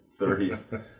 30s